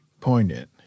poignant